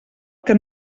que